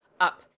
up